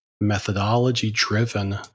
methodology-driven